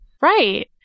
Right